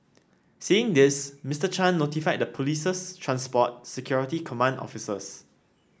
seeing this Mister Chan notified the police's transport security command officers